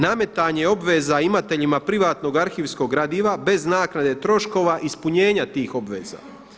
Nametanje obveza imateljima privatnog arhivskog gradiva bez naknade troškova ispunjenja tih obveza.